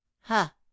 Ha